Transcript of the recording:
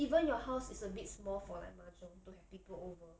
even your house is a bit small for like mahjong to have people over